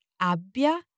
abbia